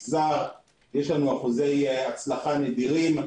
יש לנו אחוזי הצלחה נדירים,